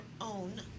own